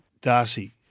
Darcy